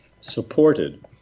supported